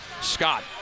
Scott